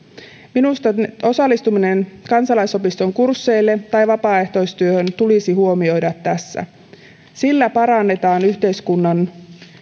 minusta osallistuminen kansalaisopiston kursseille tai vapaaehtoistyöhön tulisi huomioida tässä sillä parannetaan yhteiskunnan